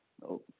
no